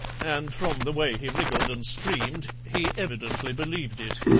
and from the way he wriggled and screamed he evidently believed it,